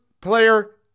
player